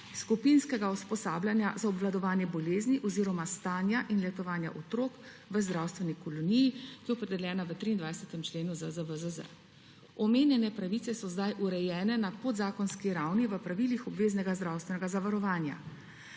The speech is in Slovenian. skupinskega usposabljanja za obvladovanje bolezni oziroma stanja in letovanja otrok v zdravstveni koloniji, ki je opredeljena v 23. členu ZZVZZ. Omenjene pravice so zdaj urejene na podzakonski ravni v pravilih obveznega zdravstvenega zavarovanja.